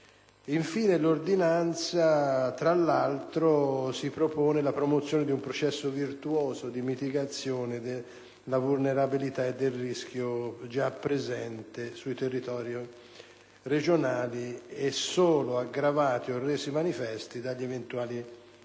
L'ordinanza, tra l'altro, si propone la promozione di un processo virtuoso di mitigazione della vulnerabilità e del rischio già presenti sui territori regionali e solo aggravati o resi manifesti dai recenti